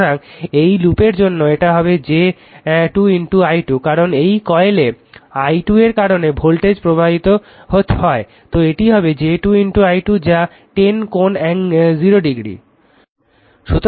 সুতরাং এই লুপের জন্য এটি হবে j 2 i2 কারণ এই কয়েলে i2 এর কারণে ভোল্টেজ প্রবর্তিত হয় এটি হবে j 2 i2 যা 10 কোণ 0